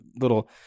little